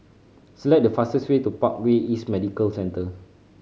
select the fastest way to Parkway East Medical Centre